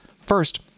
first